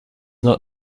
not